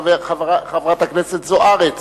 חברת הכנסת זוארץ,